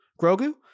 Grogu